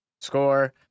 score